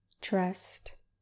trust